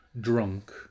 drunk